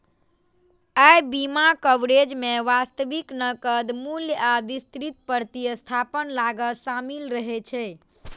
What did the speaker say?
अय बीमा कवरेज मे वास्तविक नकद मूल्य आ विस्तृत प्रतिस्थापन लागत शामिल रहै छै